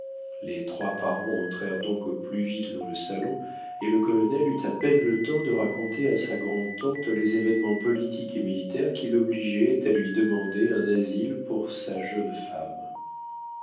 les trois parents entrèrent donc au plus vite dans le salon et le colonel eut à peine le temps de raconter à sa grand'tante les événements politiques et militaires qui l'obligeaient à lui demander un asile pour sa jeune femme